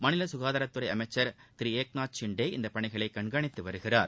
மாநில க்காதாரத்துறை அமைச்சர் திரு ஏக்நாத் ஷிண்டே இந்த பணிகளை கண்காணித்து வருகிறார்